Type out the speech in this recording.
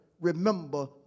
remember